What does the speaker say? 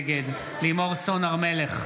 נגד לימור סון הר מלך,